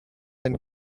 and